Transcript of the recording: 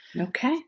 Okay